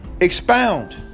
expound